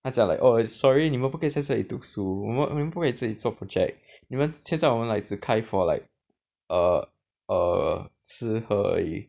他讲 like oh sorry 你们不可以在这里读书我你们不可以在这里做 project 你们现在我们 like 只开 for like err err 吃喝而已